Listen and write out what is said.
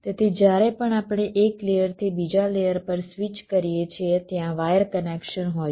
તેથી જ્યારે પણ આપણે એક લેયરથી બીજા લેયર પર સ્વિચ કરીએ છીએ ત્યાં વાયર કનેક્શન હોય છે